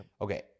Okay